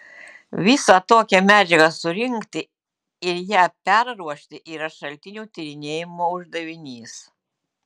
visą tokią medžiagą surinkti ir ją perruošti yra šaltinių tyrinėjimo uždavinys